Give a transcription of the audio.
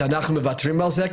שאנחנו מוותרים על זה,